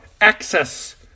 access